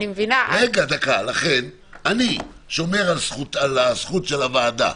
לכן אני שומר על הזכות של הוועדה,